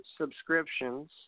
subscriptions